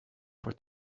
for